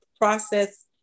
process